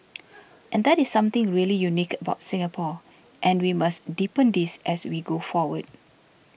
and that is something really unique about Singapore and we must deepen this as we go forward